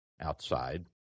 outside